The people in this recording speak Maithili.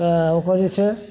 तऽ ओकर जे छै